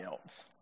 else